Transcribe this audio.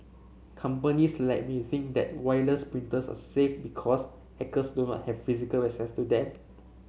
companies like may think their wireless printers are safe because hackers do not have physical access to them